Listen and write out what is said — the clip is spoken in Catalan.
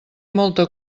molta